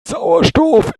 sauerstoff